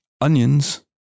onions